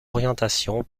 orientation